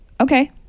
Okay